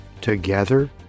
together